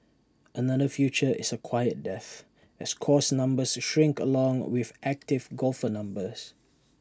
another future is A quiet death as course numbers are shrink along with active golfer numbers